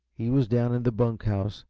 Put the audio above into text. he was down in the bunk house,